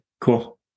Cool